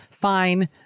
Fine